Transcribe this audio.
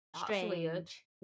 strange